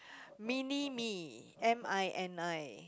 mini me M I N I